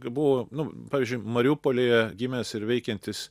buvo nu pavyzdžiui mariupolyje gimęs ir veikiantis